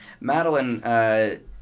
Madeline